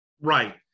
Right